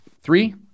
Three